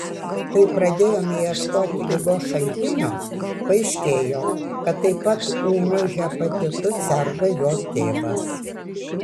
kai pradėjome ieškoti ligos šaltinio paaiškėjo kad taip pat ūmiu hepatitu serga jo tėvas